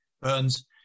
Burns